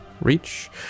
reach